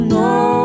no